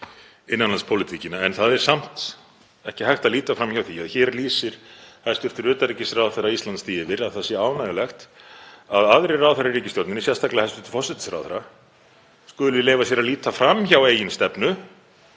innanlandspólitíkina. En það er samt ekki hægt að líta fram hjá því að hér lýsir hæstv. utanríkisráðherra Íslands því yfir að það sé ánægjulegt að aðrir ráðherrar í ríkisstjórninni, sérstaklega hæstv. forsætisráðherra, skuli leyfa sér að líta fram hjá eigin stefnu